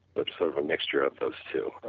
but sort of a mixture of those two.